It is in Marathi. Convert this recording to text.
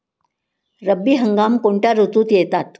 रब्बी हंगाम कोणत्या ऋतूत येतात?